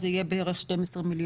זה יהיה בערך 12 מיליון.